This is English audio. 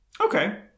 Okay